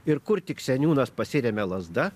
ir kur tik seniūnas pasiremia lazda